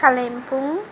Kalimpong